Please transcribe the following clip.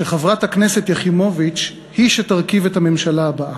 שחברת הכנסת יחימוביץ היא שתרכיב את הממשלה הבאה.